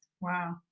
wow